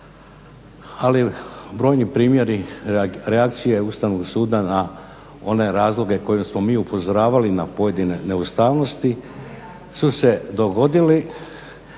ali brojni primjeri, reakcije Ustavnog suda na one razloge na koje smo mi upozoravali na pojedine neustavnosti su se dogodili.